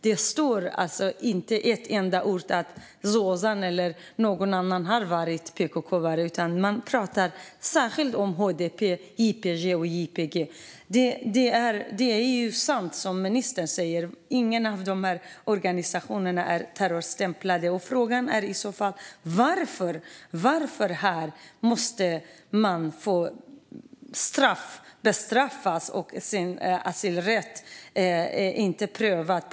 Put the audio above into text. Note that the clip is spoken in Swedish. Det står inte ett enda ord om att Zozan eller någon annan har varit PKK:are. Man pratar särskilt om HDP, YPJ och YPG. Det är sant som ministern säger att ingen av dessa organisationer är terrorstämplade. Frågan är i så fall varför de måste bestraffas och asylrätten inte prövas.